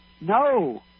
no